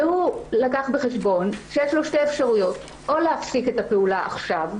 והוא לקח בחשבון שיש לו שתי אפשרויות: או להפסיק את הפעולה עכשיו,